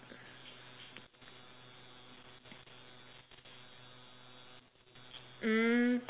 mm